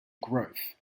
growth